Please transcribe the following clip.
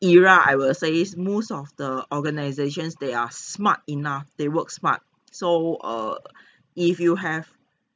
era I will says most of the organisations they are smart enough they work smart so err if you have